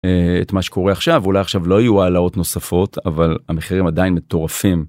את מה שקורה עכשיו אולי עכשיו לא יהיו העלות נוספות אבל המחירים עדיין מטורפים.